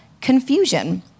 confusion